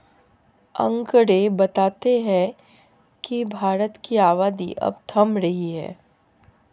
आकंड़े बताते हैं की भारत की आबादी अब थम रही है